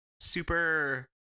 super